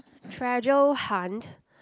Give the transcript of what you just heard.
treasure hunt